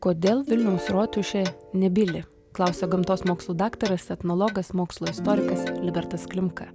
kodėl vilniaus rotušė nebyli klausia gamtos mokslų daktaras etnologas mokslo istorikas libertas klimka